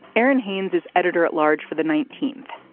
aaron haynes is editor at large for the nineteenth.